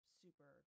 super